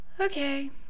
Okay